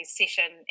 session